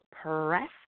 Press